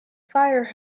fire